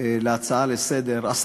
להצעה לסדר-היום,